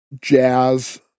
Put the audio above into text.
jazz